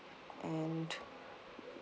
and